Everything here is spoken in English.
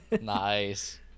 Nice